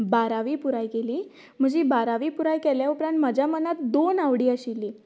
बारावी पुराय केली म्हजी बारावी पुराय केल्ल्या उपरांत म्हाज्या मनांत दोन आवडी आशिल्ली